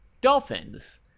dolphins